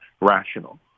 rational